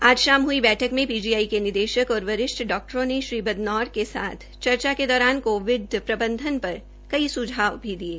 आज शाम हई बैठक में पीजीआई के निदेशक और वरिष्ठ डाक्टरों ने श्री बदनौर के साथ हई चर्चा के दौरान कोविड प्रबंधन पर कई स्झाव भी दिये